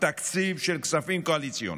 תקציב של כספים קואליציוניים,